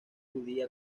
judía